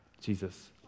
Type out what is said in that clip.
Jesus